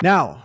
Now